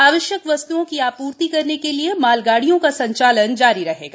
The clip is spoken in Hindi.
आवश्यक वस्तुओं की आपूर्ति करने के लिए मालगाड़ियों का संचालन जारी रहेगा